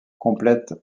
complète